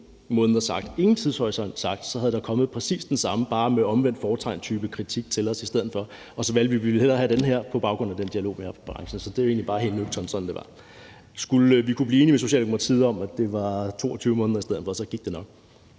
ikke sat nogen tidshorisont, så ville der være kommet præcis den samme type kritik af os bare med omvendt fortegn i stedet for, og så valgte vi, at vi hellere ville have den her kritik på baggrund af den dialog, vi har haft med branchen. Så det er egentlig bare helt nøgternt sådan, det var. Skulle vi blive enige med Socialdemokratiet om, at det skal være 22 måneder i stedet for, så går det nok.